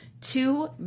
two